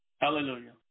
Hallelujah